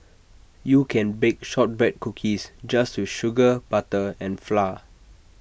you can bake Shortbread Cookies just with sugar butter and flour